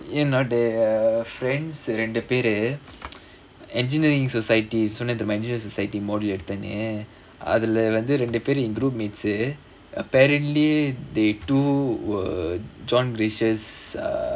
என்னோடைய:ennodaiya friends ரெண்டு பேரு:rendu peru engineering society engineering society module எடுத்தேன்னு அதுல வந்து ரெண்டு பேரு என்:eduthaenu athula vanthu rendu peru en group mates apprarently they two were john gracius